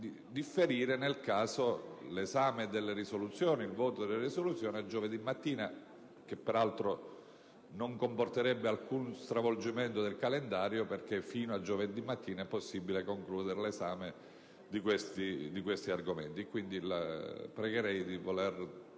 differire l'esame e il voto delle risoluzioni a giovedì mattina, cosa che peraltro non comporterebbe alcuno stravolgimento del calendario, perché fino a giovedì mattina è possibile concludere l'esame di questi argomenti. La pregherei pertanto